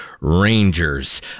Rangers